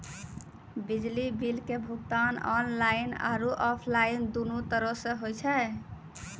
बिजली बिल के भुगतान आनलाइन आरु आफलाइन दुनू तरहो से होय छै